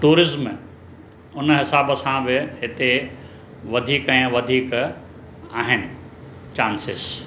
tourism उन हिसाब सां बि हिते वधीक ऐं वधीक आहिनि चांसिस